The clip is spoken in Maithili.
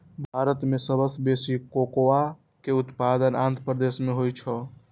भारत मे सबसं बेसी कोकोआ के उत्पादन आंध्र प्रदेश मे होइ छै